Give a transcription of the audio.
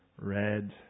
Red